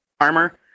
armor